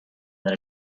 that